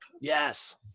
Yes